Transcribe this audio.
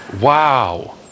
Wow